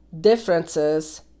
differences